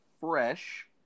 fresh